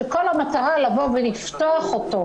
כשכל המטרה לבוא ולפתוח אותו,